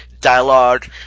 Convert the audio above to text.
dialogue